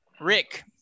Rick